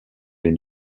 les